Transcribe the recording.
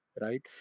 right